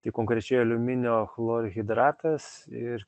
tai konkrečiai aliuminio chlorhidratas ir